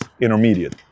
intermediate